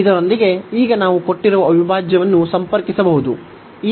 ಇದರೊಂದಿಗೆ ಈಗ ನಾವು ಕೊಟ್ಟಿರುವ ಅವಿಭಾಜ್ಯವನ್ನು ಸಂಪರ್ಕಿಸಬಹುದು